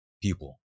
people